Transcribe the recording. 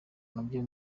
nabyo